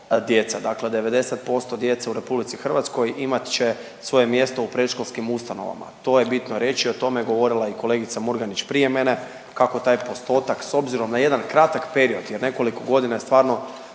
Dakle 90% djece u RH imat će svoje mjesto u predškolskim ustanovama. To je bitno reći, o tome je govorila i kolegica Murganić prije mene, kako taj postotak, s obzirom na jedan kratak period jer nekoliko godina je stvarno